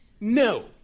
No